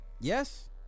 Yes